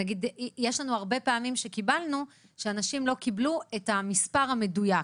יש לנו הרבה פעמים שקיבלנו שאנשים לא קיבלו את המספר המדויק.